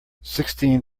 sixteen